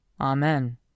Amen